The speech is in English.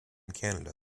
canada